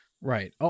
right